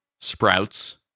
Sprouts